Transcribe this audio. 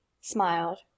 smiled